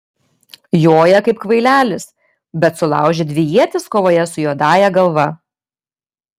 joja kaip kvailelis bet sulaužė dvi ietis kovoje su juodąja galva